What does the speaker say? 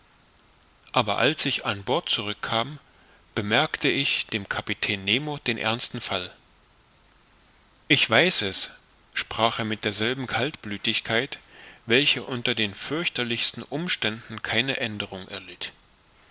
aber als ich an bord zurück kam bemerkte ich dem kapitän nemo den ernsten fall ich weiß es sprach er mit derselben kaltblütigkeit welche unter den fürchterlichsten umständen keine aenderung erlitt